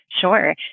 Sure